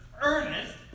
Ernest